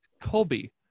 colby